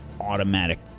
automatic